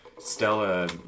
Stella